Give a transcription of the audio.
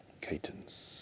cadence